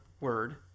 word